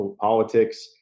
politics